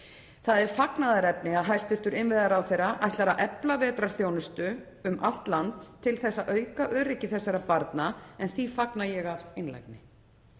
Það er fagnaðarefni að hæstv. innviðaráðherra ætlar að efla vetrarþjónustu um allt land til að auka öryggi þessara barna og ég fagna því af einlægni.